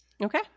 Okay